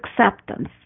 acceptance